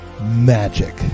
Magic